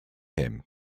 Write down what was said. him